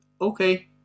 okay